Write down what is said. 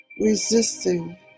Resisting